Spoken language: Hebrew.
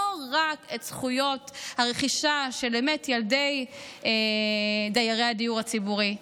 לא רק זכויות הרכישה של ילדי דיירי הדיור הציבורי,